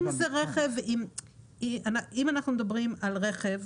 אם אנחנו מדברים על רכב,